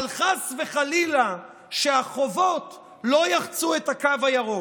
אבל חס וחלילה שהחובות לא יחצו את הקו הירוק,